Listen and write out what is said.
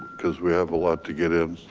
cause we have a lot to get in.